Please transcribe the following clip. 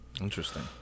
interesting